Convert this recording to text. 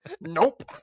Nope